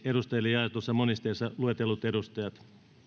edustajille jaetussa monisteessa luetellut edustajat